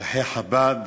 שליחי חב"ד